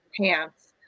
pants